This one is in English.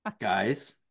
guys